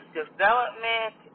development